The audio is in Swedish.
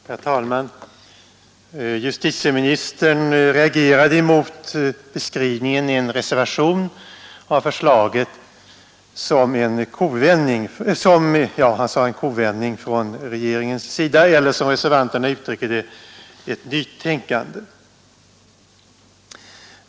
Herr talman! Justitiministern reagerade emot beskrivningen i en reservation av regeringsförslaget som som han sade en kovändning från regeringens sida eller, som reservanterna uttrycker det, ett nytänkande.